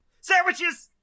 Sandwiches